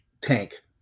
tank